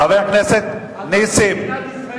חבר הכנסת נסים זאב,